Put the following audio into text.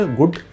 good